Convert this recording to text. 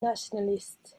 nationalists